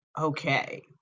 okay